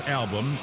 album